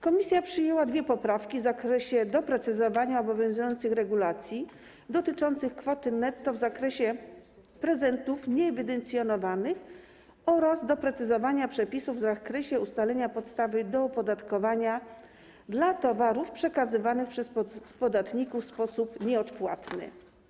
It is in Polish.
Komisja przyjęła dwie poprawki w zakresie doprecyzowania obowiązujących regulacji dotyczących kwoty netto, w zakresie prezentów nieewidencjonowanych oraz w zakresie doprecyzowania przepisów ustalenia podstawy do opodatkowania towarów przekazywanych przez podatników w sposób nieodpłatny.